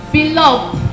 Beloved